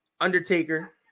Undertaker